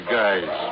guys